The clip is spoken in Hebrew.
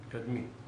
תתקדמי.